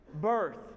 birth